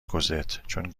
کوزتچون